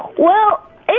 well,